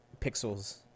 pixels